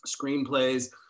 screenplays